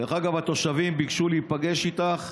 דרך אגב, התושבים ביקשו להיפגש איתך,